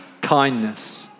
kindness